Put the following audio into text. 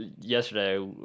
yesterday